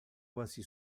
quasi